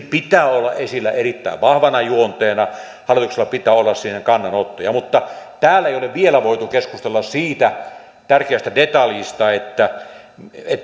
pitää olla esillä erittäin vahvana juonteena hallituksella pitää olla siihen kannanottoja mutta täällä ei ole vielä voitu keskustella siitä tärkeästä detaljista